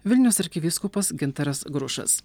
vilniaus arkivyskupas gintaras grušas